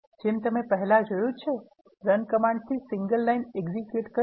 જેમ તમે પહેલા જોયું છે રન કમાન્ડથી સિંગલ લાઇન execute કરી